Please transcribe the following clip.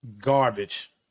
garbage